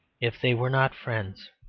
if they were not friends.